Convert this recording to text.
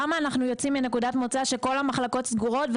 למה אנו יוצאים מנקודת מוצא שכל המחלקות סגורות,